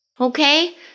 Okay